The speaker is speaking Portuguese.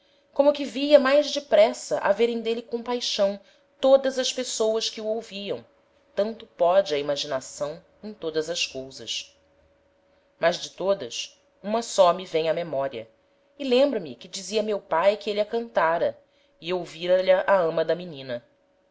como que via mais depressa haverem d'êle compaixão todas as pessoas que o ouviam tanto póde a imaginação em todas as cousas mas de todas uma só me vem á memoria e lembra-me que dizia meu pae que êle a cantára e ouvira lha a ama da menina